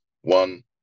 one